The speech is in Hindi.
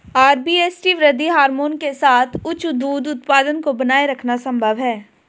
आर.बी.एस.टी वृद्धि हार्मोन के साथ उच्च दूध उत्पादन को बनाए रखना संभव है